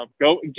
go –